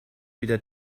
wieder